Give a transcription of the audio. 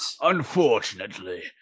Unfortunately